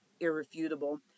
irrefutable